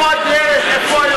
רק, איפה הדרך?